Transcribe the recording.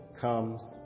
comes